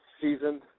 season